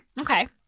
Okay